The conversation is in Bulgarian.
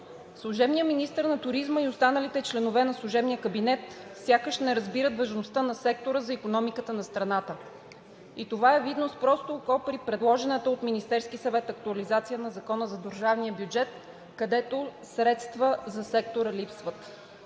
служебният министър на туризма и останалите членове на служебния кабинет сякаш не разбират важността на сектора за икономиката на страната и това е видно с просто око при предложената от Министерския съвет актуализация на Закона за държавния бюджет, където средства за сектора липсват.